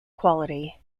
quality